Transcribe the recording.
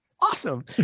awesome